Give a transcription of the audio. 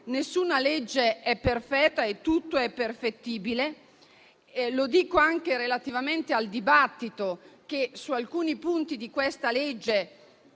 nessuna legge è perfetta e tutto è perfettibile. Lo dico anche relativamente al dibattito che c'è stato su alcuni punti controversi